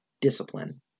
discipline